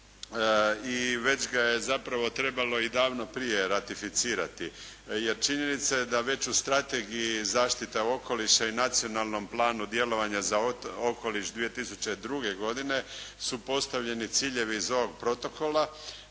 i već ga je zapravo trebalo i davno prije ratificirati jer činjenica je da već u Strategiji zaštita okoliša i Nacionalnom planu djelovanja za okoliš 2002. godine su postavljeni ciljevi iz ovog protokola